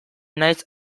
naiz